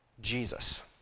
Jesus